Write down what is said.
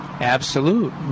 absolute